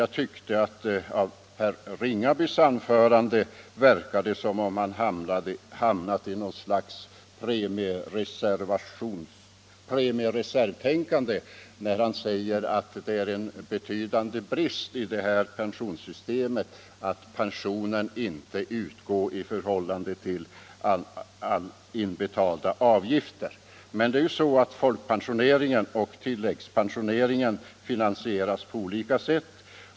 Jag tyckte när jag lyssnade till herr Ringabys anförande att det verkar som om han hamnat i något slags premiereservtänkande, när han säger att det är en betydande brist i pensionssystemet att pensionen inte utgår i förhållande till inbetalda avgifter. Men det är ju så att folkpensionen och tilläggspensionen finansieras på olika sätt.